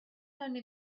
only